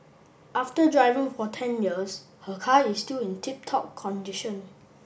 after driving for ten years her car is still in tip top condition